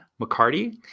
McCarty